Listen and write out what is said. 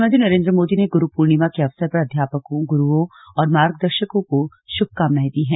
प्रधानमंत्री नरेन्द्र मोदी ने गुरू पूर्णिमा के अवसर पर अध्यापकों गुरूओं और मार्गदर्शकों को शुभकामना दी है